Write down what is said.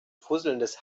fusselndes